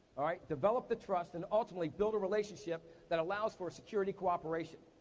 ah develop the trust, and ultimately, build a relationship that allows for security cooperation.